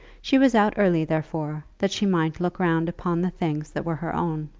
she was out early, therefore, that she might look round upon the things that were her own.